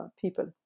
people